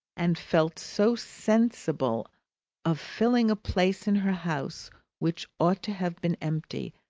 and felt so sensible of filling a place in her house which ought to have been empty,